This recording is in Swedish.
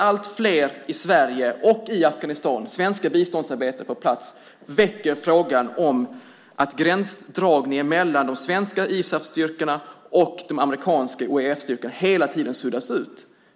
Allt fler i Sverige och i Afghanistan, bland andra svenska biståndsarbetare på plats, väcker frågan att gränsdragningen mellan de svenska ISAF-styrkorna och de amerikanska OEF-styrkorna hela tiden suddas ut.